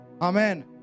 Amen